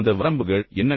அந்த வரம்புகள் என்ன